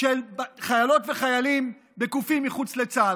של חיילות וחיילים בגופים מחוץ לצה"ל.